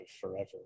forever